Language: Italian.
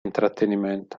intrattenimento